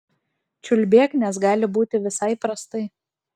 čiulbėk nes gali būti visai prastai